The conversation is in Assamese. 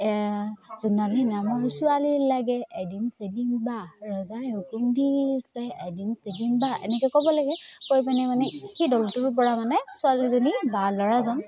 জোণালী নামৰ ছোৱালী লাগে এডিম চেডিম বা ৰজাই শুকুম দিছে আছে এডিম চেডিম বা এনেকৈ ক'ব লাগে কৈ পিনে মানে সেই দলটোৰপৰা মানে ছোৱালীজনী বা ল'ৰাজন